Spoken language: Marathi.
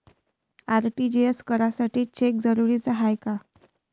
आर.टी.जी.एस करासाठी चेक जरुरीचा हाय काय?